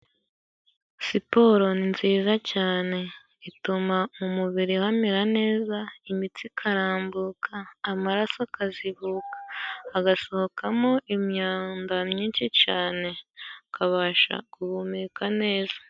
Siporo nziza cyane ituma mu mubiri hamera neza imitsi ikarambuka amaraso akazibuka, hagasohokamo imyanda myinshi cane akabasha guhumeka neza.